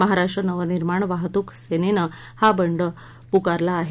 महाराष्ट्र नवनिर्माण वाहतुक सेनेनं हा बंड पुकारला आहे